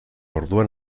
orduan